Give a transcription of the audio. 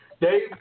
Dave